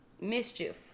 mischief